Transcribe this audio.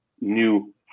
new